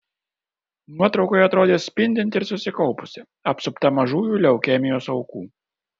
nuotraukoje atrodė spindinti ir susikaupusi apsupta mažųjų leukemijos aukų